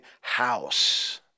house